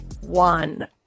one